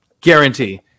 Guarantee